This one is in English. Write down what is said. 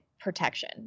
protection